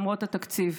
למרות התקציב.